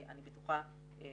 ואני בטוחה שיהיו